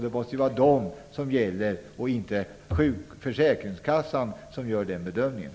Det måste vara de som gäller. Försäkringskassan skall inte göra den bedömningen.